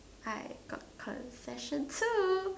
I got pearl session too